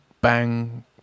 bang